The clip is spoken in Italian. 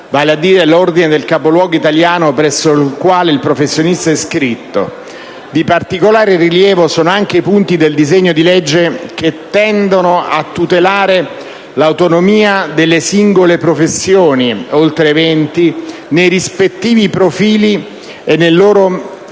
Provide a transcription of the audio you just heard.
riguardo all'ordine del capoluogo italiano presso il quale il professionista è iscritto. Di particolare rilievo sono anche i punti del disegno di legge che tendono a tutelare l'autonomia delle singole professioni (oltre 20) nei rispettivi profili e nel loro proprio